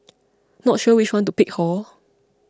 not sure which one to pick hor